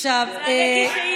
מה עם עראבה,